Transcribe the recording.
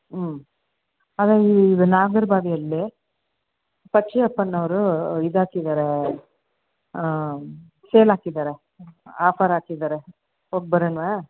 ಹ್ಞೂ ಇದು ನಾಗರಬಾವಿಯಲ್ಲೇ ಪಚ್ಚಿಯಪ್ಪನ್ ಅವರು ಇದಾಕಿದ್ದಾರೆ ಸೇಲ್ ಹಾಕಿದ್ದಾರೆ ಆಫರ್ ಹಾಕಿದ್ದಾರೆ ಹೋಗ್ಬರೋಣವಾ